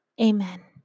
Amen